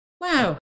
Wow